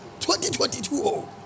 2022